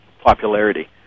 popularity